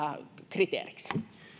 kriteeriksi